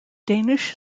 danish